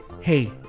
hey